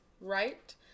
right